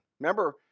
Remember